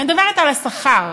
אני מדברת על השכר.